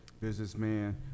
businessman